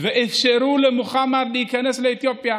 והקייסים היהודים אפשרו למוחמד להיכנס לאתיופיה.